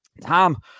Tom